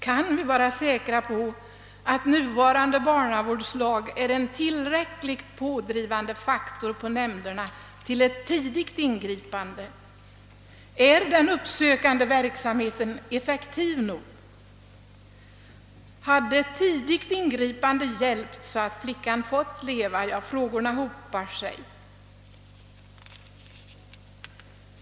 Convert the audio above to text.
Kan vi vara säkra på att nuvarande barnavårdslag är en tillräckligt pådrivande faktor när det gäller att få nämnderna att göra tidiga ingripanden? Är den uppsökande verksamheten effektiv nog? Hade ett tidigt ingripande hjälpt, så att flickan fått leva? Frågorna hopar sig.